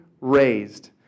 raised